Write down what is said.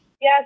Yes